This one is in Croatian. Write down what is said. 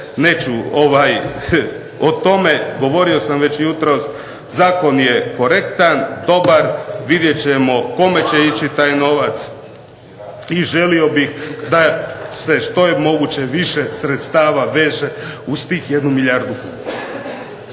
neću o tome, govorio sam već jutros, zakon je korektan, dobar. Vidjet ćemo kome će ići taj novac i želio bih da se što je moguće više sredstava veže uz tih 1 milijardu